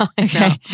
Okay